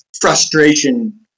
frustration